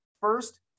First